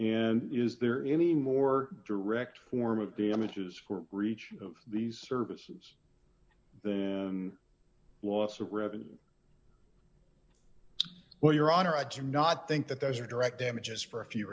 and is there any more direct form of damages for reach of these services and loss of revenue but your honor i cannot think that those are direct damages for a few